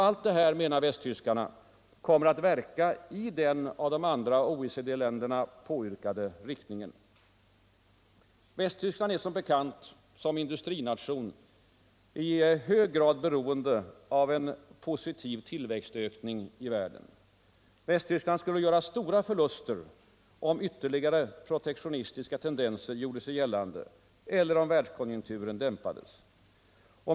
Allt detta, menar västtyskarna, kommer att verka i den av de andra OECD-länderna påyrkade riktningen. Västtyskland är som bekant som industrination i hög grad beroende av en positiv tillväxtökning i världen. Västtyskland skulle göra stora förluster, om yuerligare protektionistiska tendenser gjorde sig gällande eller om världskonjunkturen dämpades.